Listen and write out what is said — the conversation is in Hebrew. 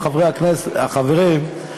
או לרוב החברים,